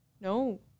No